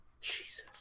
Jesus